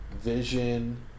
Vision